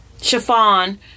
chiffon